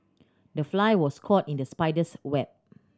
the fly was caught in the spider's web